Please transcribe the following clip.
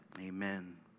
Amen